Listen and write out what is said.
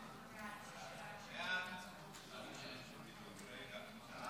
1 ההצעה להעביר את הצעת